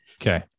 Okay